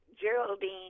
Geraldine